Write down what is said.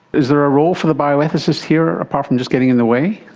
is there a role for the bioethicist here apart from just getting in the way?